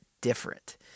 different